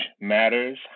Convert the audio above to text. matters